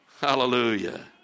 Hallelujah